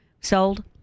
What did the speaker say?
sold